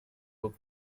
book